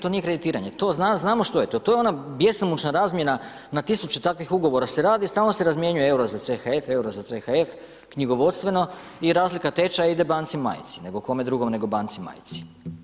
To nije kreditiranje, to znamo što je to. to je ona bjesomučna razmjena na tisuće takvih ugovora se radi i stalno se razmjenjuje euro za CHF, euro za CHF knjigovodstveno, i razlika tečaja ide banci majci, nego kome druge nego banci majci.